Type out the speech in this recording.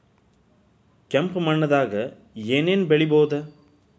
ಕೆಂಪು ಮಣ್ಣದಾಗ ಏನ್ ಏನ್ ಬೆಳಿಬೊದು?